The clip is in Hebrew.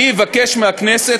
אני אבקש מהכנסת,